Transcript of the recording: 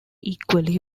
equally